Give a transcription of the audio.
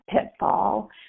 pitfall